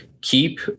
keep